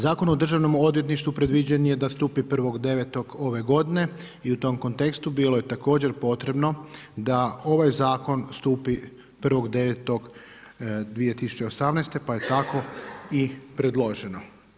Zakon o Državnom odvjetništvu, predviđen je da stupi 1.9. ove g. i u tom kontekstu bilo je također potrebno da ovaj zakon stupi 1.9.2018. pa je tako i predloženo.